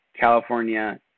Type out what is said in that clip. California